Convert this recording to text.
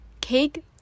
cake